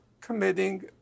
committing